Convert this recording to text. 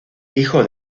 hijo